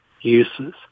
uses